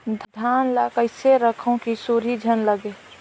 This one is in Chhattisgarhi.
धान ल कइसे रखव कि सुरही झन लगे?